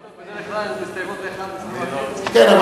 כן,